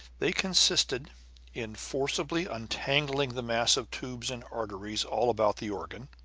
they consisted in forcibly untangling the mass of tubes and arteries all about the organ.